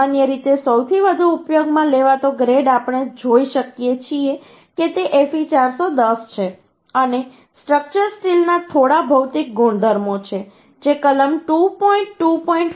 સામાન્ય રીતે સૌથી વધુ ઉપયોગમાં લેવાતો ગ્રેડ આપણે જોઈ શકીએ છીએ કે તે Fe 410 છે અને સ્ટ્રક્ચર સ્ટીલના થોડા ભૌતિક ગુણધર્મો છે જે કલમ 2